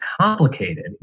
complicated